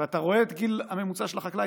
ואתה רואה את הגיל הממוצע של החקלאי,